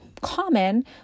common